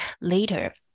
later